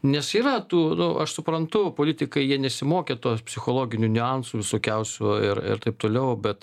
nes yra tų nu aš suprantu politikai jie nesimokė to psichologinių niuansų visokiausių ir ir taip toliau bet